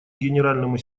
генеральному